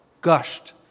gushed